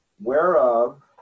whereof